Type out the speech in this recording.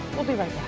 we'll be right